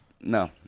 No